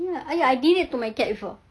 ya ya I did it to my cat before